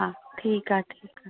हा ठीकु आहे ठीक आहे